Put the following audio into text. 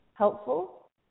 Helpful